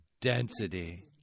density